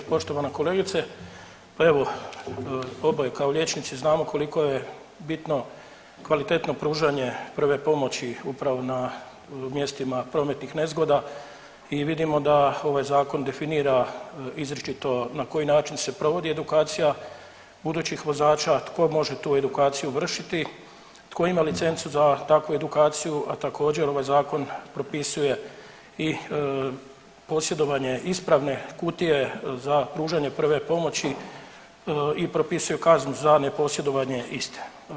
Poštovana kolegice pa evo oboje kao liječnici znamo koliko je bitno kvalitetno pružanje prve pomoći upravo na mjestima prometnih nezgoda i vidimo da ovaj zakon definira izričito na koji način se provodi edukacija budućih vozača, tko može tu edukaciju vršiti, tko ima licencu za takvu edukaciju, a također ovaj zakon propisuje i posjedovanje ispravne kutije za pružanje prve pomoći i propisuje kaznu za neposjedovanje iste.